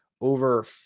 over